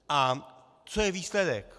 A co je výsledek?